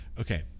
okay